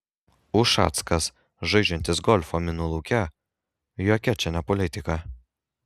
ušackas žaidžiantis golfą minų lauke jokia čia ne politika